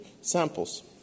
samples